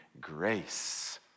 grace